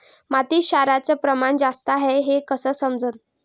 मातीत क्षाराचं प्रमान जास्त हाये हे कस समजन?